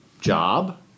job